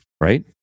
Right